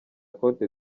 cote